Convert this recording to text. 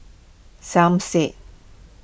Som Said